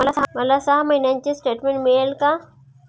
मला सहा महिन्यांचे स्टेटमेंट मिळेल का?